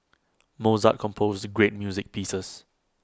Mozart composed great music pieces